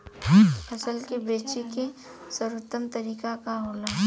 फसल के बेचे के सर्वोत्तम तरीका का होला?